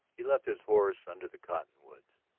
he left his horse under the cottonwoods,